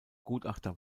gutachter